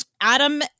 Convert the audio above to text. Adam